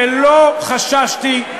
ולא חששתי,